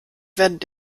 werdet